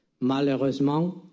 Malheureusement